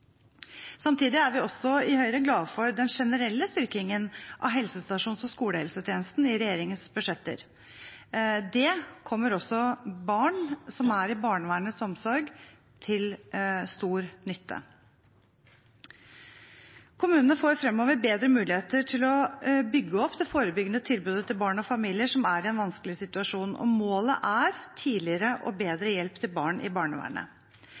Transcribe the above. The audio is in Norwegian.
Samtidig er vi i Høyre også glade for den generelle styrkingen av helsestasjons- og skolehelsetjenesten i regjeringens budsjetter. Det kommer også barn som er under barnevernets omsorg, til stor nytte. Kommunene får fremover bedre muligheter til å bygge opp det forebyggende tilbudet til barn og familier som er i en vanskelig situasjon. Målet er tidligere og bedre hjelp til barn i barnevernet.